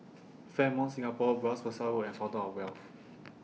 Fairmont Singapore Bras Basah Road and Fountain of Wealth